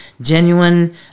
genuine